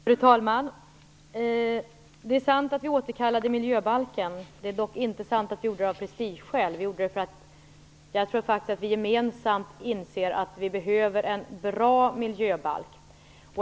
Fru talman! Det är sant att vi återkallade miljöbalken. Det är dock inte sant att vi gjorde det av prestigeskäl. Vi gjorde det därför att vi gemensamt inser att vi behöver en bra miljöbalk.